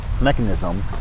mechanism